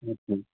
हजुर